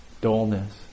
dullness